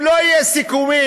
אם לא יהיו סיכומים,